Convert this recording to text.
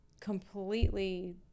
completely